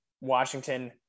Washington